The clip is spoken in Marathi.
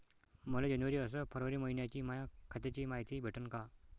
मले जनवरी अस फरवरी मइन्याची माया खात्याची मायती भेटन का?